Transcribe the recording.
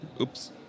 Oops